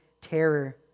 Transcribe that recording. terror